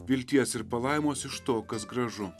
vilties ir palaimos iš to kas gražu